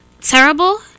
Terrible